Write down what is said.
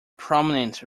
prominent